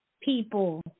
people